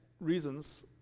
reasons